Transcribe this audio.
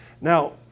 Now